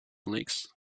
leagues